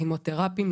כימותרפיים,